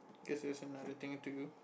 guess it's another thing I had to do